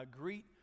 Greet